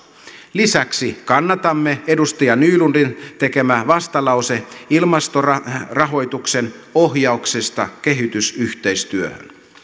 lisäksi kannatamme edustaja nylundin tekemää vastalausetta ilmastorahoituksen ohjauksesta kehitysyhteistyöhön